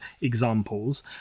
examples